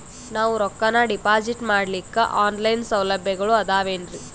ನಾವು ರೊಕ್ಕನಾ ಡಿಪಾಜಿಟ್ ಮಾಡ್ಲಿಕ್ಕ ಆನ್ ಲೈನ್ ಸೌಲಭ್ಯಗಳು ಆದಾವೇನ್ರಿ?